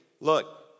look